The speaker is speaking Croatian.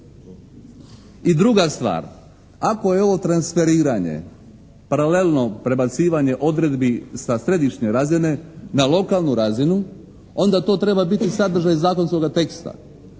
I druga stvar, ako je ovo transferiranje, paralelno prebacivanje odredbi sa središnje razine na lokalnu razinu onda to treba biti sadržaj zakonskoga teksta.